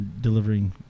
delivering